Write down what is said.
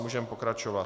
Můžeme pokračovat.